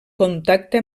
contacte